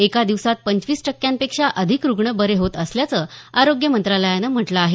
एका दिवसात पंचवीस टक्क्यांपेक्षा अधिक रुग्ण बरे होत असल्याचं आरोग्य मंत्रालयानं म्हटलं आहे